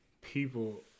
people